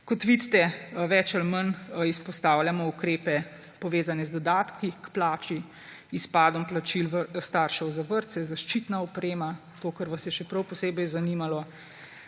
Kot vidite, več ali manj izpostavljamo ukrepe, povezane z dodatki k plači, izpadom plačil staršev za vrtce, zaščitna opremo, to, kar vas je prav posebej zanimalo,